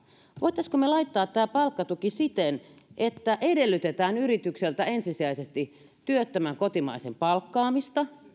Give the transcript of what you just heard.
voitaisiinko laittaa tämä palkkatuki siten että edellytetään yritykseltä ensisijaisesti työttömän kotimaisen palkkaamista